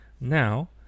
Now